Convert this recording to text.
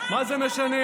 מה זה משנה?